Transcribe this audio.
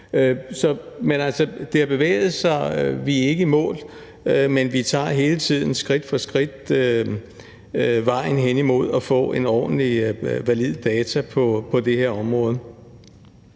det har bevæget sig. Vi er ikke i mål, men vi tager hele tiden skridt for skridt vejen hen imod at få ordentlig og valid data på det her område.